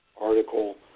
article